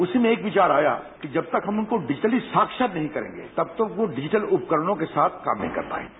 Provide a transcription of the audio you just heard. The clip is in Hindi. उसी में एक विचार आया कि जब तक हम उनको डिजिटली साक्षर नही करेंगे तब तक वो डिजिटल उपकरणों के साथ काम नहीं कर पाएंगे